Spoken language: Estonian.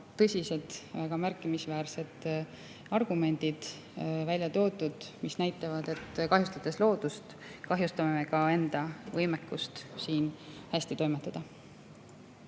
tõsised, väga märkimisväärsed argumendid, mis näitavad, et kahjustades loodust, kahjustame me ka enda võimekust siin hästi toimetada.